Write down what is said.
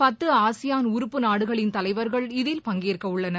பத்துஆசியான் உறுப்பு நாடுகளின் தலைவர்கள் இதில் பங்கேற்கவுள்ளனர்